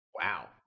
Wow